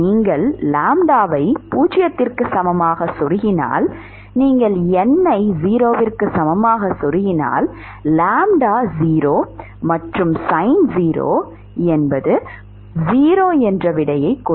நீங்கள் லாம்ப்டாவை 0 க்கு சமமாக செருகினால் நீங்கள் n ஐ 0 க்கு சமமாக செருகினால் லாம்ப்டா 0 மற்றும் sin 0 என்பது 0